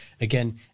again